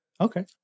Okay